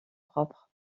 propres